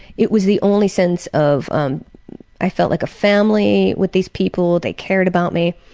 it was the only sense of um i felt like a family with these people, they cared about me.